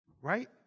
right